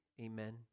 Amen